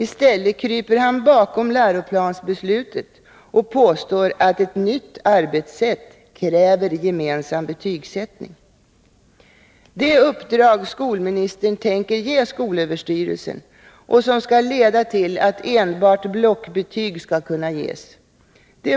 I stället kryper han bakom läroplansbeslutet och påstår att ett nytt arbetssätt kräver gemensam betygsättning. Det uppdrag skolministern tänker ge skolöverstyrelsen och som skall leda till att enbart blockbetyg skall kunna ges